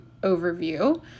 Overview